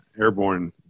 airborne